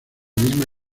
misma